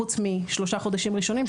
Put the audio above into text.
חוץ משלושה חודשים ראשונים,